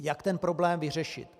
Jak ten problém vyřešit?